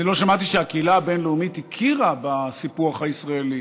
אני לא שמעתי שהקהילה הבין-לאומית הכירה בסיפוח הישראלי.